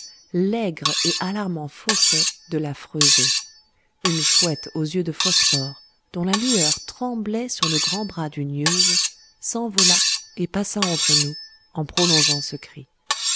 l'aigre et alarmant fausset de la freusée une chouette aux yeux de phosphore dont la lueur tremblait sur le grand bras d'une yeuse s'envola et passa entre nous en prolongeant ce cri